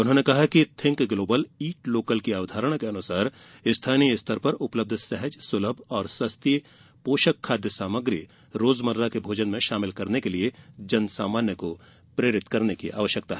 उन्होंने कहा कि थिंक ग्लोबल ईट लोकल की अवधारणा के अनुसार स्थानीय स्तर पर उपलब्ध सहज सुलभ और सस्ती पोषक खाद्य सामग्री रोजमर्रा के भोजन में शामिल करने के लिये जन सामान्य को प्रेरित करने की आवश्यकता है